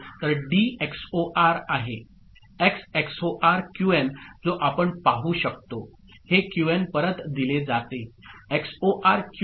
तर D XOR आहे X XOR QN जो आपण पाहु शकतो हे क्यूएन परत दिले जाते एक्सओआर क्यूएन